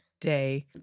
day